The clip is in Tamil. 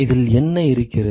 இதில் என்ன இருக்கிறது